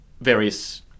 various